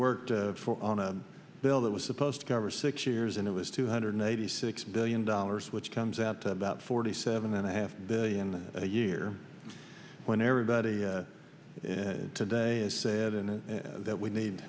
worked on a bill that was supposed to cover six years and it was two hundred eighty six billion dollars which comes out to about forty seven and a half billion a year when everybody today is said in it that we need